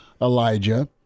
Elijah